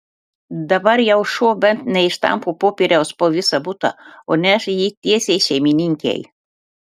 dabar jau šuo bent neištampo popieriaus po visą butą o neša jį tiesiai šeimininkei